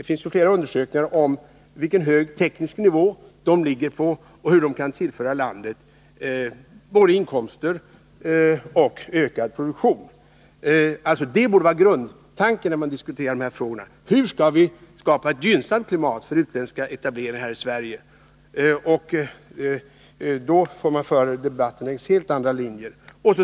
Flera undersökningar visar att företagen har en hög teknisk nivå och att de kan tillföra landet både inkomster och ökad produktion. När man diskuterar dessa frågor borde grundtanken vara: Skall vi kunna skapa ett gynnsamt klimat för utländska etableringar här i Sverige? Då får debatten föras efter helt andra linjer.